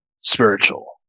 spiritual